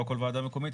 לא כל ועדה מקומית,